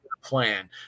plan